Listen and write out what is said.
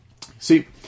See